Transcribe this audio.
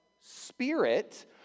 Spirit